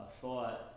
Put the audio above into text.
thought